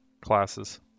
classes